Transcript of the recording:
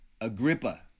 Agrippa